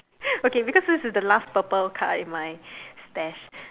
okay because this is the last purple card in my stash